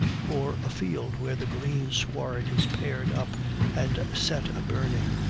or a field where the green sward is pared up and set a-burning,